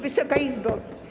Wysoka Izbo!